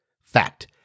fact